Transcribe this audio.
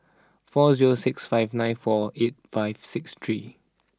four zero six five nine four eight five six three